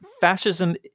Fascism